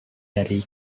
dari